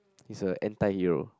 he's a anti hero